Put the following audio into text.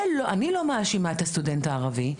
אני לא מאשימה את הסטודנט הערבי.